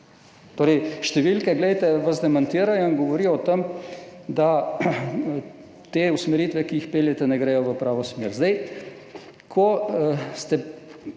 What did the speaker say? Torej, številke vas demantirajo in govorijo o tem, da te usmeritve, ki jih peljete, ne gredo v pravo smer.